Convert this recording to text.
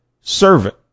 servant